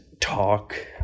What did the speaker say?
talk